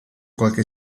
qualche